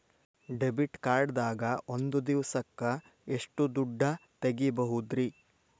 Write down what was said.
Debit card ದಾಗ ಒಂದ್ ದಿವಸಕ್ಕ ಎಷ್ಟು ದುಡ್ಡ ತೆಗಿಬಹುದ್ರಿ?